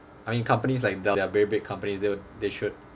I mean companies like dell they're very big company they they should